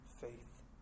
faith